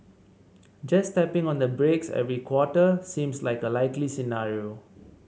just tapping on the brakes every quarter seems like a likely scenario